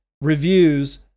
reviews